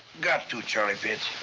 got to, charley pitts.